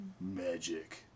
Magic